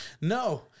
No